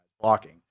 blocking